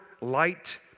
light